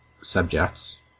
subjects